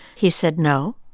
he said, no.